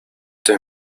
the